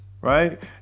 right